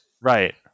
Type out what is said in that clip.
Right